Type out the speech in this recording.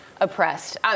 oppressed